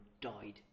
died